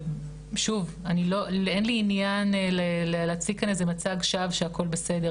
שוב אין לי עניין להציג כאן איזה שהוא מצד שווא שהכל בסדר,